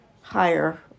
higher